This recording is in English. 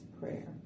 prayer